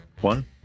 one